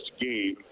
game